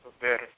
better